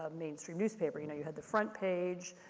ah mainstream newspaper, you know, you had the front page,